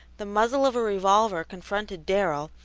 the muzzle of a revolver confronted darrell,